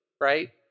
Right